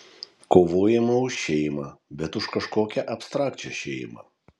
kovojama už šeimą bet už kažkokią abstrakčią šeimą